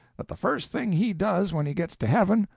that the first thing he does when he gets to heaven,